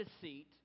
deceit